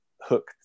hook